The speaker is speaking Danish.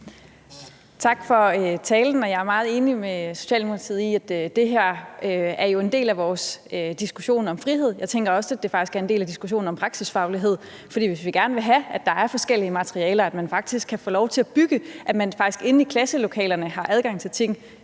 Tak for talen. Jeg er meget enig med Socialdemokratiet i, at det her er en del af vores diskussion om frihed. Jeg tænker også, at det faktisk er en del af diskussionen om praksisfaglighed. For hvis vi gerne vil have, at der er forskellige materialer, at man faktisk kan få lov til at bygge, at man faktisk inde i klasselokalerne har adgang til ting,